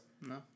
No